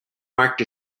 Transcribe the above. marked